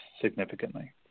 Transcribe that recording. significantly